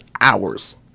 hours